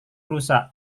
rusak